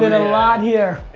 a lot here.